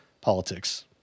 politics